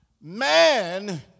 Man